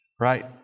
Right